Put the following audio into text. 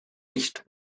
nicht